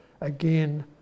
again